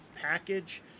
package